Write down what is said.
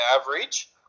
average